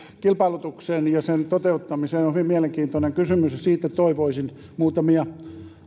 kilpailutukseen ja sen toteuttamiseen on on hyvin mielenkiintoinen kysymys ja siitä toivoisin muutamia